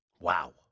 Wow